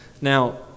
Now